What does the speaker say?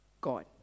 God